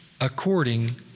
according